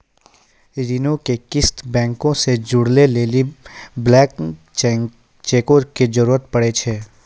ऋणो के किस्त बैंको से जोड़ै लेली ब्लैंक चेको के जरूरत पड़ै छै